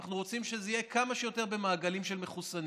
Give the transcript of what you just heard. אנחנו רוצים שזה יהיה כמה שיותר במעגלים של מחוסנים.